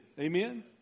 amen